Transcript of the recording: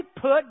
put